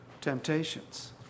temptations